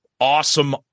Awesome